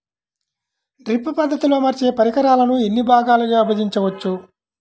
Drip పద్ధతిలో అమర్చే పరికరాలను ఎన్ని భాగాలుగా విభజించవచ్చు?